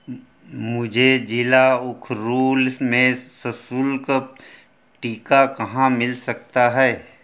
मुझे ज़िला उखरुल में सशुल्क टीका कहाँ मिल सकता है